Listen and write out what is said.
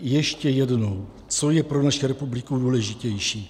Ještě jednou: Co je pro naši republiku důležitější?